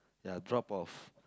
ya drop off